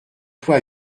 toi